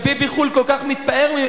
שביבי-חו"ל כל כך מתפאר בה,